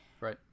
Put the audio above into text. Right